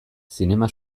zinema